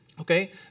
Okay